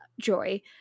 joy